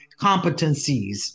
competencies